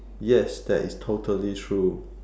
yes that is totally true